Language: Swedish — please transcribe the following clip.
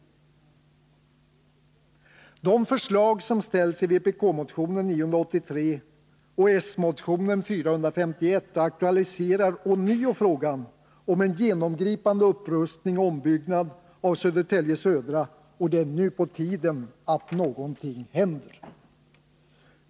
De förslag som ställs i vpk-motionen 983 och s-motionen 451 aktualiserar ånyo frågan om en genomgripande upprustning och ombyggnad av Södertälje södra, och det är nu på tiden att någonting händer.